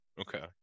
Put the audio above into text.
okay